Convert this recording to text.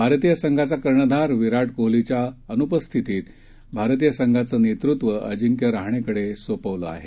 भारतीय संघाचा कर्णधार विराट कोहलीच्या अन्पस्थितीत भारतीय संघाचं नेतृत्व अजिंक्य राहाणेकडे सोपवलं आहे